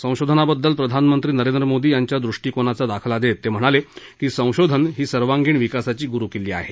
संशोधनाबद्दल प्रधानमंत्री नरेंद्र मोदी यांच्या दृष्टीकोनाचा दाखला देत ते म्हणाले की संशोधन ही सर्वांगीण विकासाची गुरुकिल्ली आहे